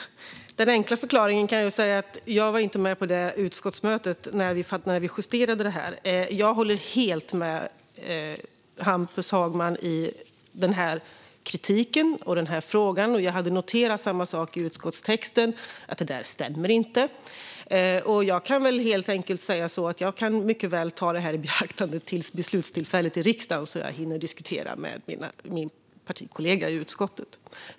Fru talman! Den enkla förklaringen är, kan jag säga, att jag inte var med på det utskottsmöte då vi justerade detta. Jag håller helt med Hampus Hagman i kritiken och i den här frågan, och jag har noterat samma sak i utskottstexten och att det inte stämmer. Jag kan helt enkelt säga att jag mycket väl kan ta det här i beaktande fram till beslutstillfället i riksdagen så att jag hinner diskutera med min partikollega i utskottet.